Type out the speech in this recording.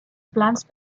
plans